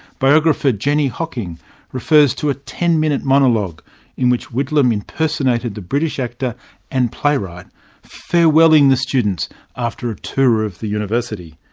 biographer jenny hocking refers to a ten-minute monologue in which whitlam impersonated the british actor and playwright farewelling the students after a tour of the university.